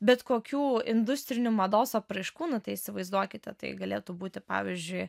bet kokių industrinių mados apraiškų nu tai įsivaizduokite tai galėtų būti pavyzdžiui